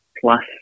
plus